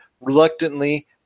reluctantly